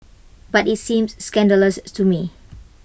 but IT seems scandalous to me